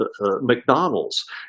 McDonald's